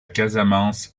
casamance